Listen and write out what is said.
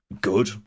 good